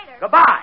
Goodbye